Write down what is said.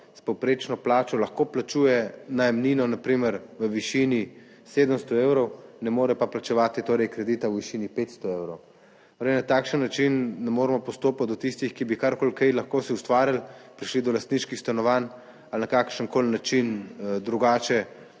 s povprečno plačo lahko plačuje najemnino na primer v višini 700 evrov, ne more pa plačevati torej kredita v višini 500 evrov. Torej na takšen način ne moremo postopati do tistih, ki bi karkoli kaj lahko si ustvarili, prišli do lastniških stanovanj ali na kakršenkoli način drugače